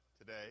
today